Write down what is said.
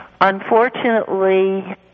unfortunately